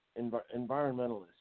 environmentalists